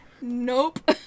Nope